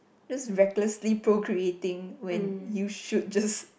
just recklessly procreating when you should just